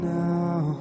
now